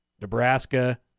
Nebraska